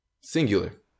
Singular